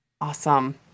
Awesome